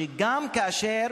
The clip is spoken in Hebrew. שגם כאשר